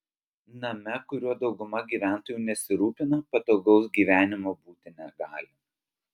name kuriuo dauguma gyventojų nesirūpina patogaus gyvenimo būti negali